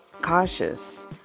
cautious